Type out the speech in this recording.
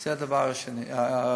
זה הדבר הראשון.